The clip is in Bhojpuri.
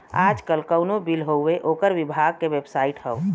आजकल कउनो बिल हउवे ओकर विभाग के बेबसाइट हौ